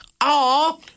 Aw